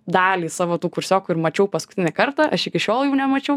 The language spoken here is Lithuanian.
dalį savo tų kursiokų ir mačiau paskutinį kartą aš iki šiol jų nemačiau